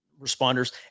responders